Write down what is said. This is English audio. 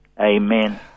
amen